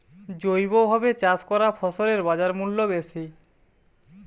জৈবভাবে চাষ করা ফসলের বাজারমূল্য বেশি